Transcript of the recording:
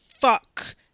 Fuck